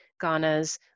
Ghana's